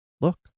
look